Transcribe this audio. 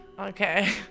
Okay